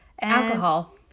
Alcohol